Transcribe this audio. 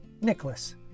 Nicholas